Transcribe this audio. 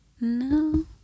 No